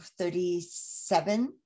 37